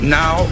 now